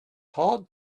hard